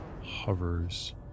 hovers